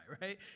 right